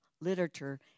literature